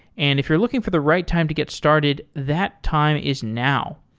and if you're looking for the right time to get started, that time is now.